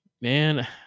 Man